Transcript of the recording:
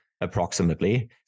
approximately